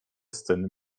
sceny